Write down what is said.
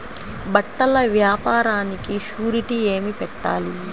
బట్టల వ్యాపారానికి షూరిటీ ఏమి పెట్టాలి?